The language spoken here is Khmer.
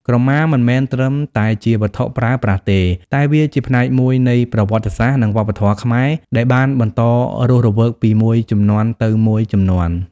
ក្រមាមិនមែនត្រឹមតែជាវត្ថុប្រើប្រាស់ទេ តែវាជាផ្នែកមួយនៃប្រវត្តិសាស្ត្រ និងវប្បធម៌ខ្មែរដែលបានបន្តរស់រវើកពីមួយជំនាន់ទៅមួយជំនាន់។